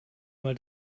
mal